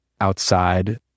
outside